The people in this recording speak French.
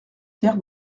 terre